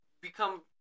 become